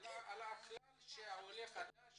על הכלל שהעולה החדש